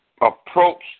approach